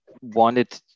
wanted